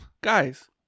Guys